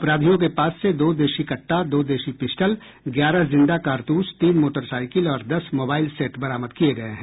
अपराधियों के पास से दो देसी कट्टा दो देसी पिस्टल ग्यारह जिंदा कारतूस तीन मोटरसाइकिल और दस मोबाइल सेट बरामद किये गये हैं